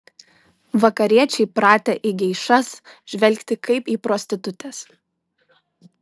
vakariečiai pratę į geišas žvelgti kaip į prostitutes